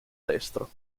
destro